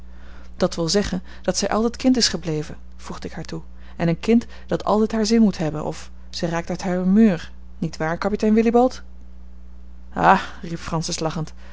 dat wil zeggen dat zij altijd kind is gebleven voegde ik haar toe en een kind dat altijd haar zin moet hebben of zij raakt uit haar humeur niet waar kapitein willibald ah